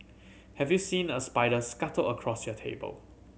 have you seen a spider scuttle across your table